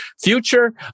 future